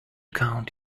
count